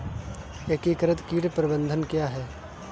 एकीकृत कीट प्रबंधन क्या है?